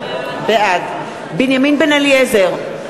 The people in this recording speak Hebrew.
בעד בנימין בן-אליעזר,